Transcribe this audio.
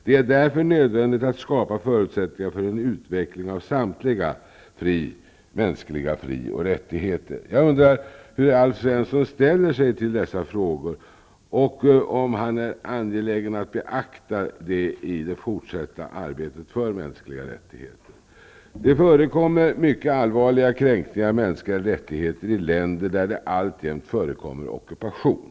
Det är därför nödvändigt att skapa förutsättningar för en utveckling av samtliga mänskliga fri och rättigheter. Jag undrar hur Alf Svensson ställer sig till dessa frågor och om han är angelägen att beakta detta i det fortsatta arbetet för mänskliga rättigheter. Det förekommer mycket allvarliga kränkningar av mänskliga rättigheter i länder där det alltjämt förekommer ockupation.